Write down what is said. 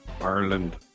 ireland